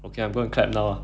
okay I'm gonna clap now ah